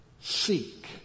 seek